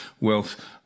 wealth